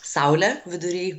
saulė vidury